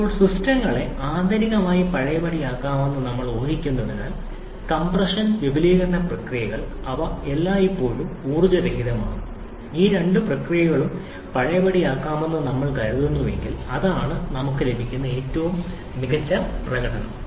ഇപ്പോൾ സിസ്റ്റങ്ങളെ ആന്തരികമായി പഴയപടിയാക്കാമെന്ന് നമ്മൾ ഊഹിക്കുന്നതിനാൽ കംപ്രഷൻ വിപുലീകരണ പ്രക്രിയകൾ അതിനാൽ അവ എല്ലായ്പ്പോഴും ഊർജ്ജരഹിതമാണ് ഈ രണ്ട് പ്രക്രിയകളും പഴയപടിയാക്കാമെന്ന് നമ്മൾ കരുതുന്നുവെങ്കിൽ അതാണ് നമുക്ക് ലഭിക്കുന്ന ഏറ്റവും മികച്ച പ്രകടനം